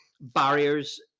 barriers